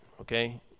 okay